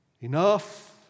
enough